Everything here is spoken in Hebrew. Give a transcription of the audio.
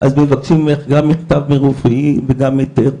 התאגידים מבקשים ממך גם מכתב מרופאים וגם ADL,